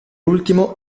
ultimo